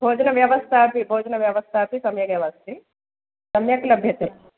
भोजनव्यवस्थापि भोजनव्यवस्था अपि सम्यगेव अस्ति सम्यक् लभ्यते